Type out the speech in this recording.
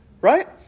right